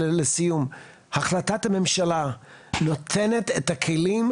החלטת הממשלה נותנת את הכלים,